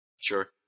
Sure